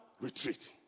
retreat